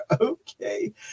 okay